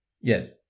Yes